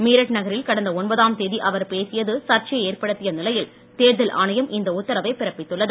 மீரட் நகரில் கடந்த ஒன்பதாம் தேதி அவர் பேசியது சர்ச்சையை ஏற்படுத்திய நிலையில் தேர்தல் ஆணையம் இந்த உத்தரவை பிறப்பித்துள்ளது